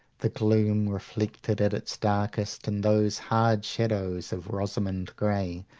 the gloom, reflected at its darkest in those hard shadows of rosamund grey,